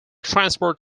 transport